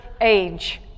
age